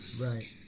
Right